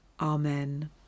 Amen